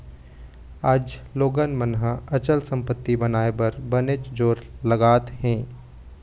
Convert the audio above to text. आज लोगन मन ह अचल संपत्ति बनाए बर बनेच जोर लगात हें